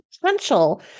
potential